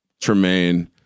Tremaine